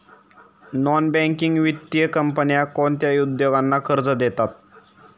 Non banking वित्तीय कंपन्या कोणत्या उद्योगांना कर्ज देतात?